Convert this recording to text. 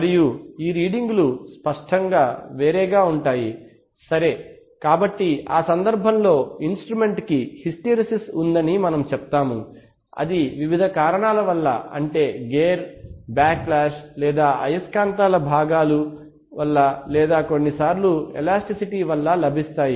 మరియు ఈ రీడింగులు స్పష్టంగా వేరేగా ఉంటాయి సరే కాబట్టి ఆ సందర్భంలో ఇన్స్ట్రుమెంట్ కి హిస్టెరిసిస్ ఉందని మనము చెప్తాము అది వివిధ కారణాల వలన అంటే గేర్ బాక్ లాష్ లేదా అయస్కాంత భాగాలు వల్ల లేదా కొన్నిసార్లు ఎలాస్టిసిటీ వలన సంభవిస్తాయి